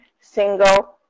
single